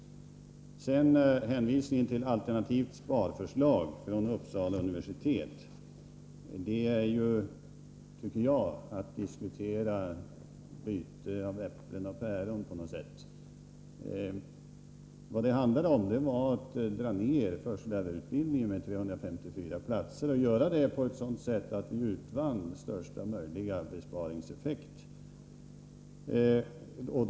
Sedan när det gäller hänvisningen till alternativt sparförslag från Uppsala universitet. Det är på något sätt, tycker jag, som att diskutera ett byte med äpplen och päron. Vad det handlar om är en neddragning av förskollärarutbildningen med 354 platser och att göra det på ett sådant sätt att största möjliga besparingseffekt uppnås.